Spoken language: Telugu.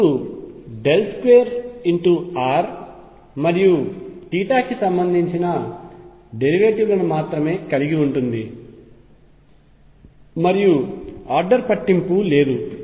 ఇప్పుడు 2 r మరియు కి సంబంధించిన డెరివేటివ్లను మాత్రమే కలిగి ఉంటుంది మరియు ఆర్డర్ పట్టింపు లేదు